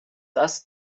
das